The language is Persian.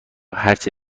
هرچه